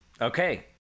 Okay